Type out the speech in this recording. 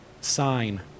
sign